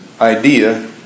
idea